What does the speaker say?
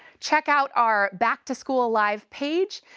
check out our back to school live page.